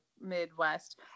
Midwest